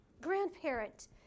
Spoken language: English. grandparent